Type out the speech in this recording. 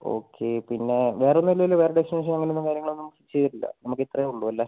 okay പിന്നെ വേറെ ഒന്നും ഇല്ലല്ലോ വേറെ ഡെസ്റ്റിനേഷൻ അങ്ങനെ ഒന്നും കാര്യങ്ങള് ഒന്നും ചെയ്തിട്ട് ഇല്ല നമുക്ക് ഇത്രേ ഉള്ളൂ അല്ലേ